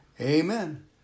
Amen